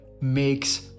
makes